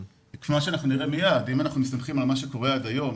אם אנחנו מסתמכים על מה שקורה עד היום,